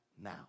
now